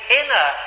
inner